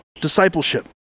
discipleship